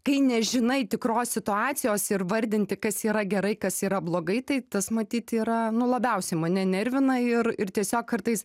kai nežinai tikros situacijos ir vardinti kas yra gerai kas yra blogai tai tas matyt yra nu labiausiai mane nervina ir ir tiesiog kartais